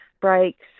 breaks